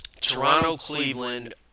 Toronto-Cleveland